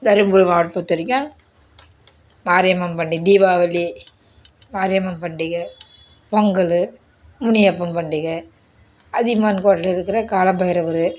தருமபுரி மாவட்டத்தை பொறுத்த வரைக்கும் மாரியம்மன் பண்டி தீபாவளி மாரியம்மன் பண்டிகை பொங்கல் முனியப்பன் பண்டிகை அதியமான் கோவிலில் இருக்கிற கால பைரவர்